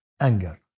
anger